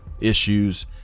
issues